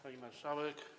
Pani Marszałek!